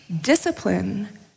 discipline